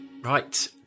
Right